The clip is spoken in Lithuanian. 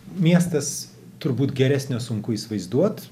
miestas turbūt geresnio sunku įsivaizduot